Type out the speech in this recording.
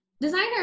Designer